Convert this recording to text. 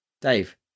Dave